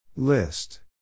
List